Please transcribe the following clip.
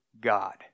God